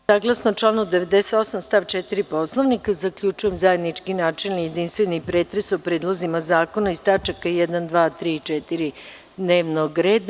Saglasno članu 98. stav 4. Poslovnika zaključujem zajednički načelni jedinstveni pretres o pAredlozima zakona iz tačaka 1, 2, 3. i 4. dnevnog reda.